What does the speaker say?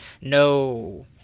No